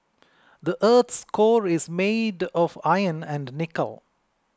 the earth's core is made of iron and nickel